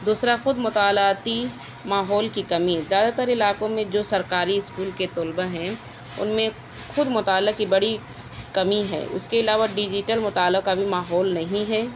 دوسرا خود مطالعاتی ماحول کی کمی زیادہ تر علاقوں میں جو سرکاری اسکول کے طلبہ ہیں ان میں خود مطالعہ کی بڑی کمی ہے اس کے علاوہ ڈیجیٹل مطالعہ کا بھی ماحول نہیں ہے